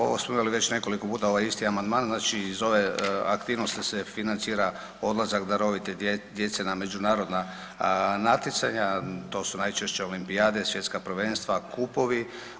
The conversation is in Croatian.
O ovome smo imali već nekoliko puta ovaj isti amandman, znači iz ove aktivnosti se financira odlazak darovite djece na međunarodna natjecanja, to su najčešće olimpijade, svjetska prvenstva, kupovi.